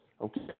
okay